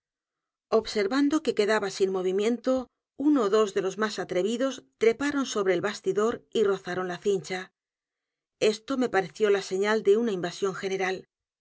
observando que quedaba sin movimiento uno ó dos de los más atrevidos treparon sobre el bastidor y rozaron la cincha esto me pareció la señal de una invasión general